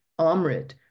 Amrit